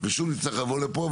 ושוב נצטרך לבוא לפה.